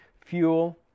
fuel